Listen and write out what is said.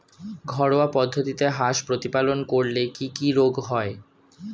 ঘরোয়া পদ্ধতিতে হাঁস প্রতিপালন করলে কি কি রোগ হয়?